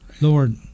Lord